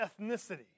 ethnicity